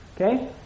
Okay